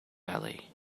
valley